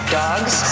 dogs